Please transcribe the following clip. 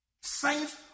Saints